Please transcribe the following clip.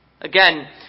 Again